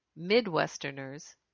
Midwesterners